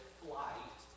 flight